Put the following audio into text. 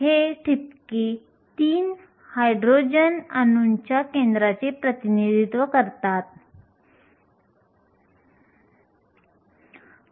जेव्हा ऊर्जा kT पेक्षा जास्त असते तेव्हा आपण बोल्ट्झमॅन कार्याद्वारे फर्मी कार्याचा अंदाज लावू शकतो